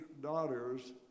daughters